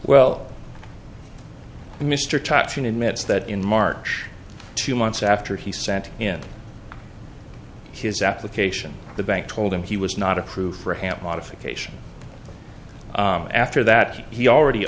mit's that in march two months after he sent in his application the bank told him he was not a crew for hamp modification after that he already